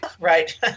right